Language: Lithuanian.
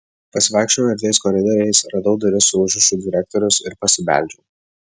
pasivaikščiojau erdviais koridoriais radau duris su užrašu direktorius ir pasibeldžiau